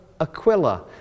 Aquila